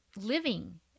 living